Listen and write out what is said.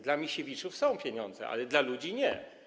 Dla Misiewiczów są pieniądze, ale dla ludzi nie.